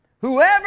whoever